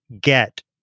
get